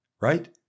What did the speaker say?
right